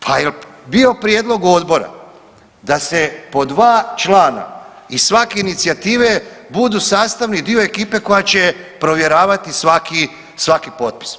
Pa jel bio prijedlog odbora da se po 2 člana iz svake inicijative budu sastavni dio ekipe koja će provjeravati svaki, svaki potpis.